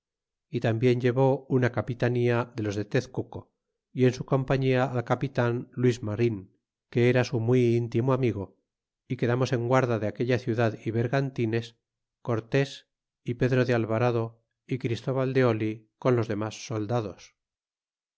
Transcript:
y tambien llevó una capitanía de los de tezcuco y en su compañía al capitan luis marin que era su muy íntimo amigo y quedamos en guarda de aquella ciudad y vergantines cortés ó pedro de alvarado y christóbal de oli con los denlas soldados